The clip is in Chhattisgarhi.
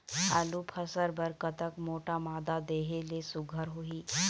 आलू फसल बर कतक मोटा मादा देहे ले सुघ्घर होही?